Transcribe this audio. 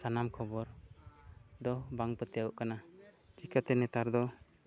ᱥᱟᱱᱟᱢ ᱠᱷᱚᱵᱚᱨ ᱫᱚ ᱵᱟᱝ ᱯᱟᱹᱛᱭᱟᱹᱣ ᱠᱟᱱᱟ ᱪᱤᱠᱟᱹᱛᱮ ᱱᱮᱛᱟᱨ ᱫᱚ